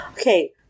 Okay